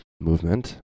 movement